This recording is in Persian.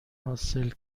حاصل